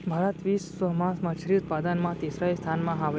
भारत बिश्व मा मच्छरी उत्पादन मा तीसरा स्थान मा हवे